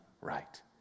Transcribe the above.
right